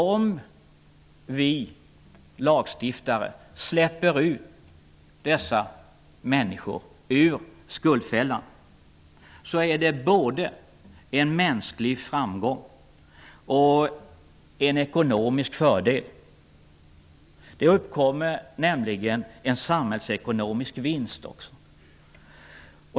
Om vi lagstiftare släpper ut dessa människor ur skuldfällan är det både en mänsklig framgång och en ekonomisk fördel. Det uppkommer nämligen en samhällsekonomisk vinst också.